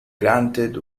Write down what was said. granted